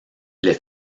les